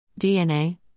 DNA